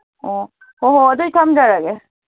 ꯑꯣ ꯍꯣꯍꯣ ꯑꯗꯨꯗꯤ ꯊꯝꯖꯔꯒꯦ